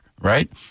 right